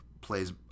plays